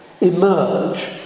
emerge